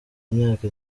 imyaka